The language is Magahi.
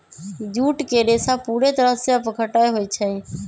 जूट के रेशा पूरे तरह से अपघट्य होई छई